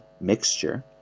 mixture